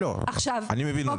אני מבין את זה.